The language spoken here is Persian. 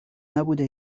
نبوده